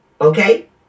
okay